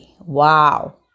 Wow